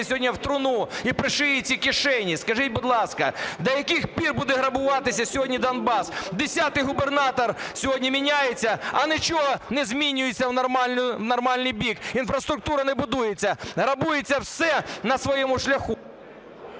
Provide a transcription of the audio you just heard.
сьогодні в труну і пришиє ці кишені? Скажіть, будь ласка, до яких пір буде грабуватися сьогодні Донбас? Десятий губернатор сьогодні міняється, а нічого не змінюється в нормальний бік: інфраструктура не будується, грабується все на своєму шляху…